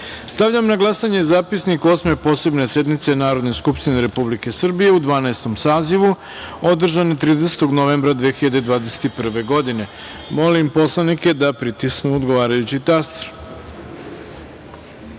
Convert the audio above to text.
na glasanje Zapisnik Osme posebne sednice Narodne skupštine Republike Srbije u Dvanaestom sazivu, održane 30. novembra 2021. godine. Molim poslanike da pritisnu odgovarajući